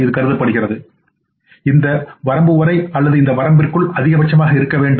இது இந்த வரம்பு வரை அல்லது இந்த வரம்பிற்குள் அதிகபட்சமாக இருக்க வேண்டும்